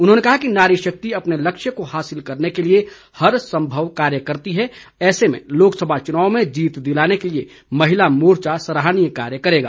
उन्होंने कहा कि नारी शक्ति अपने लक्ष्य को हासिल करने के लिए हर सम्भव कार्य करती है ऐसे में लोकसभा चुनाव में जीत दिलाने के लिए महिला मोर्चा सराहनीय कार्य करेगा